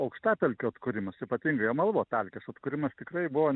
aukštapelkių atkūrimas ypatingai amalvo pelkės atkūrimas tikrai buvo